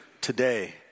today